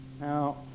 Now